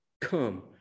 come